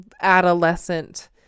adolescent